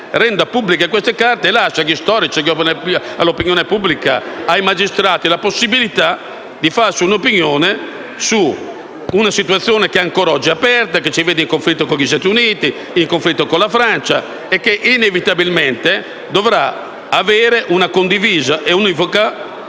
pubbliche queste carte e lasci agli storici, all'opinione pubblica, ai magistrati, la possibilità di farsi un'opinione su una situazione ancora oggi aperta, che ci vede in conflitto con gli Stati Uniti, con la Francia, e che inevitabilmente dovrà avere una condivisa e univoca